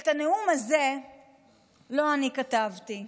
את הנאום הזה לא אני כתבתי,